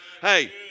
Hey